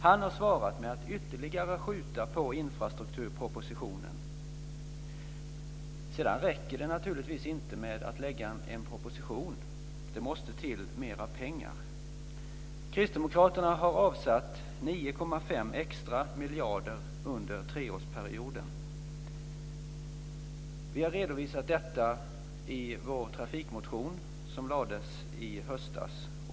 Han har svarat med att ytterligare skjuta på infrastrukturpropositionen. Sedan räcker det naturligtvis inte med att lägga fram en proposition. Det måste till mera pengar. Kristdemokraterna har avsatt 9,5 extra miljarder under treårsperioden. Vi har redovisat detta i vår trafikmotion som väcktes i höstas.